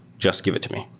just give it to me.